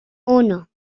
uno